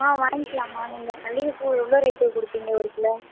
வாங்கிக்கலாமா நீங்கள் மல்லிகைப் பூ எவ்வளோ ரேட்டுக்கு கொடுப்பீங்க ஒரு கிலோ